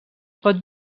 pot